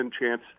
chance